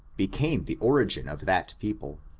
became the origin of that people,